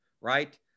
right